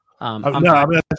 No